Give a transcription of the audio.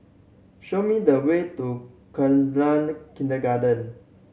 show me the way to Khalsa Kindergarten